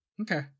Okay